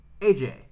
AJ